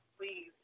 please